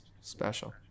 special